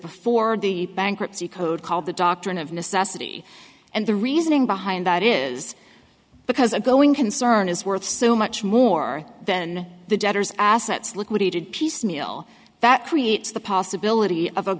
before the bankruptcy code called the doctrine of necessity and the reasoning behind that is because a going concern is worth so much more then the debtors assets liquidated piecemeal that creates the possibility of a